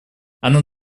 оно